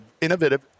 innovative